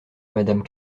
madame